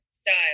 style